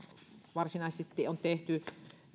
varsinaisesti on tehty